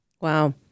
Wow